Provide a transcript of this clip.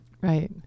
Right